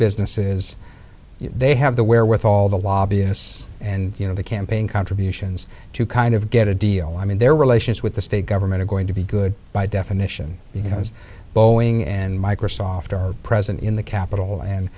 business is they have the where with all the lobbyists and you know the campaign contributions to kind of get a deal i mean their relations with the state government are going to be good by definition you know boeing and microsoft are present in the capital and